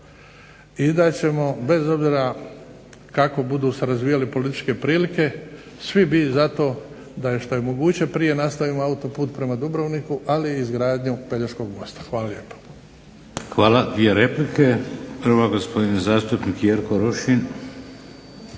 i da ćemo bez obzira kako budu se razvijale političke prilike, svi biti za to da je što je moguće prije nastavimo autoput prema Dubrovniku ali i izgradnju Pelješkog mosta. Hvala lijepo. **Šeks, Vladimir (HDZ)** Hvala. Dvije replike. Prva gospodin zastupnik Jerko Rošin.